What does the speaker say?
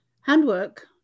Handwork